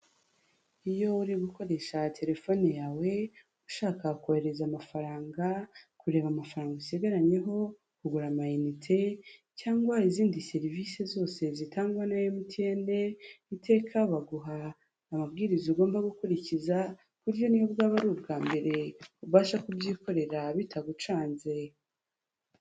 Iyo uri gukoresha telefone yawe ushaka kohereza amafaranga, kureba amafaranga usigaranyeho, kugura ama inite, cyangwa izindi serivisi zose zitangwa na MTN, iteka baguha amabwiriza ugomba gukurikiza ku buryo niyo bwaba ari ubwa mbere, ubasha kubyikorera bitagucanze.